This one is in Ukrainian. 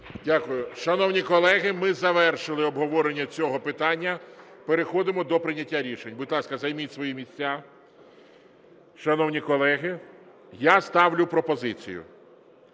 Дякую. Шановні колеги, ми завершили обговорення цього питання, переходимо до прийняття рішень. Будь ласка, займіть свої місця. Шановні колеги, я ставлю пропозицію